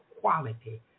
quality